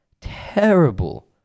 terrible